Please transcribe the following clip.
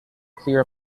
clear